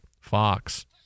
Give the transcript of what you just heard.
Fox